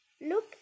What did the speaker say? look